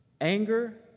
anger